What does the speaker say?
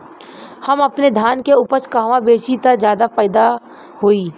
हम अपने धान के उपज कहवा बेंचि त ज्यादा फैदा होई?